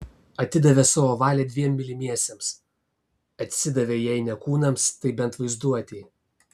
atidavė savo valią dviem mylimiesiems atsidavė jei ne kūnams tai bent vaizduotei